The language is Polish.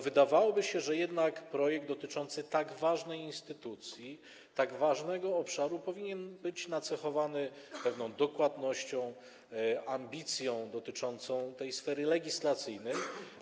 Wydawałoby się, że projekt dotyczący tak ważnej instytucji, tak ważnego obszaru powinien być nacechowany pewną dokładnością, ambicją dotyczącą sfery legislacyjnej.